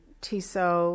Tissot